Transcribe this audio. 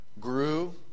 grew